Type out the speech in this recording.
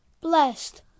blessed